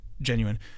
genuine